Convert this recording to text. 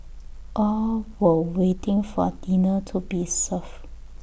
all were waiting for dinner to be served